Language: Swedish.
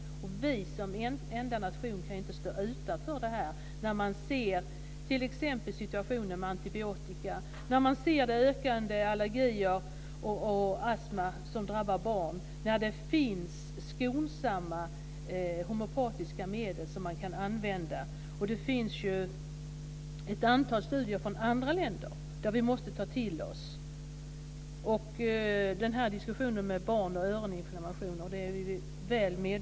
Sverige kan inte, som enda nation, stå utanför. Vi ser ju t.ex. antibiotikaanvändningen, ökande allergier och astma som drabbar barn. Nu finns det skonsamma homeopatiska medel som går att använda. Det finns ett antal studier från andra länder som vi måste ta till oss. Vi är också väl medvetna om diskussionen om barn och öroninflammationer.